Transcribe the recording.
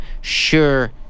sure